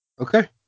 Okay